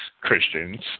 Christians